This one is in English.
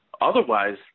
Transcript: otherwise